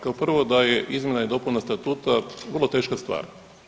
Kao prvo da je izmjena i dopuna statuta vrlo teška stvar.